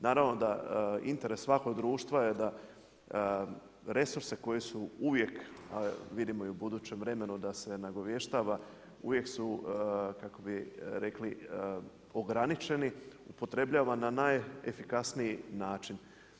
Naravno da interes svakog društva je da resurse koji su uvijek a vidimo i u budućem vremenu da se nagovještava, uvijek su kak bi rekli ograničeni, upotrebljavan na najefikasniji način.